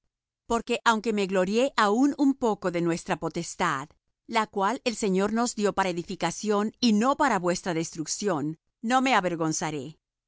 porque aunque me glorié aun un poco de nuestra potestad la cual el señor nos dió para edificación y no para vuestra destrucción no me avergonzaré